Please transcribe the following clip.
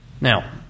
Now